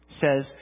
says